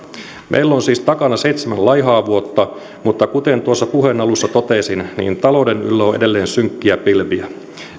meillä on siis takana seitsemän laihaa vuotta mutta kuten tuossa puheen alussa totesin talouden yllä on edelleen synkkiä pilviä